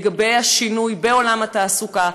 לגבי השינוי בעולם התעסוקה,